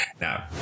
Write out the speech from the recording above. now